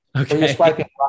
Okay